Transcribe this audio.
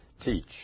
teach